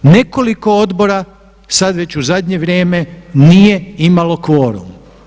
Nekoliko odbora sad već u zadnje vrijeme nije imalo kvorum.